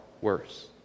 worse